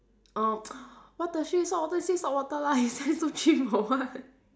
oh what the shit saltwater you say saltwater lah you say so chim for what